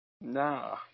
Nah